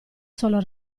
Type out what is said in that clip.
solo